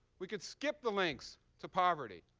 we could skip the links to poverty.